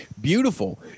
Beautiful